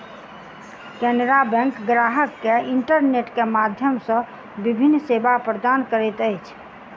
Canara bank ग्राहक के internet के माध्यम सॅ विभिन्न सेवा प्रदान करैत अछि